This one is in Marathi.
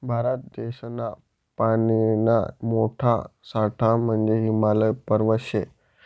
भारत देशना पानीना मोठा साठा म्हंजे हिमालय पर्वत शे